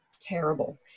terrible